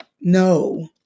no